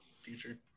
Future